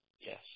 Yes